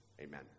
Amen